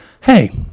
hey